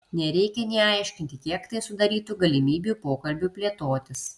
nereikia nė aiškinti kiek tai sudarytų galimybių pokalbiui plėtotis